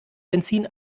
benzin